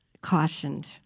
cautioned